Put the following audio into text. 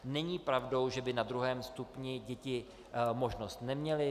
Není pravdou, že by na druhém stupni děti možnost neměly.